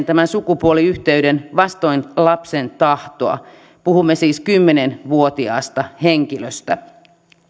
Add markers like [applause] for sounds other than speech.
[unintelligible] tämän sukupuoliyhteyden tapahtuneen vastoin lapsen tahtoa puhumme siis kymmenen vuotiaasta henkilöstä